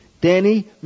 Danny